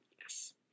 Yes